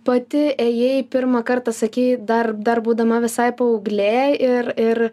pati ėjai pirmą kartą sakei dar dar būdama visai paauglė ir ir